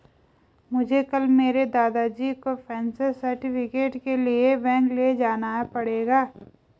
मुझे कल मेरे दादाजी को पेंशन सर्टिफिकेट के लिए बैंक ले जाना पड़ेगा